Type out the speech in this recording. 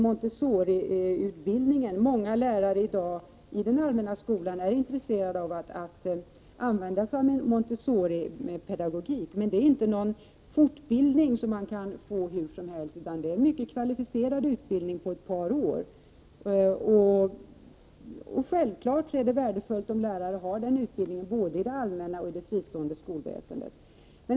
Många lärare i den allmänna skolan är i dag intresserade av att använda Montessoripedagogik, men här rör det sig inte om någon fortbildning som man kan få hur som helst utan det är en mycket kvalificerad utbildning på ett parår. Naturligtvis är det värdefullt om lärare har den utbildningen både i det allmänna och i det fristående skolväsendet.